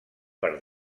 per